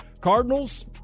Cardinals